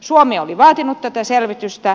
suomi oli vaatinut tätä selvitystä